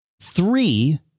three